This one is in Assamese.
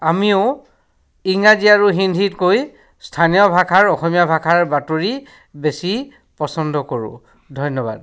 আমিও ইংৰাজী আৰু হিন্দীতকৈ স্থানীয় ভাষাৰ অসমীয়া ভাষাৰ বাতৰি বেছি পচন্দ কৰোঁ ধন্যবাদ